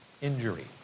injury